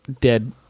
dead